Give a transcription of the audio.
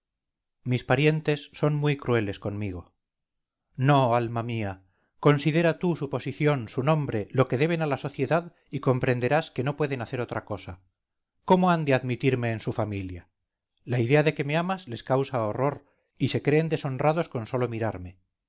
mis parientes son muy crueles conmigo no alma mía considera tú su posición su nombre lo que deben a la sociedad y comprenderás que no pueden hacer otra cosa cómo han de admitirme en su familia la idea de que me amas les causa horror y se creen deshonrados con sólo mirarme